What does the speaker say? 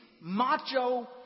macho